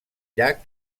llac